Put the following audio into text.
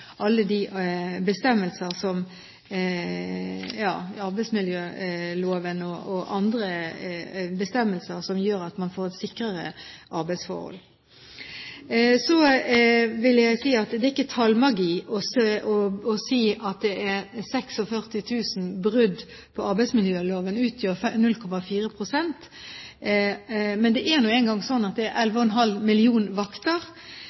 alle de bestemmelser, arbeidsmiljøloven og andre bestemmelser, som gjør at man får et sikrere arbeidsforhold. Så vil jeg si at det er ikke tallmagi å si at 46 000 brudd på arbeidsmiljøloven utgjør 0,4 pst. – men det